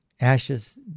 Ashes